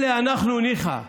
אנחנו, ניחא,